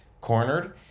cornered